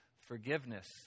forgiveness